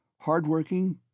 hard-working